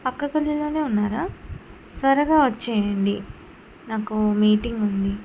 పక్క గల్లిలోనే ఉన్నారా త్వరగా వచ్చేయండి నాకు మీటింగ్ ఉంది